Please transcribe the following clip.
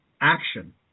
action